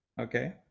Okay